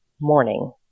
morning